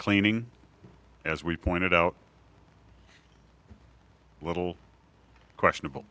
cleaning as we pointed out a little questionable